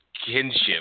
Kinship